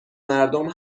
مردم